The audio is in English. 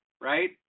right